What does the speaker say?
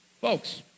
folks